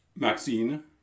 Maxine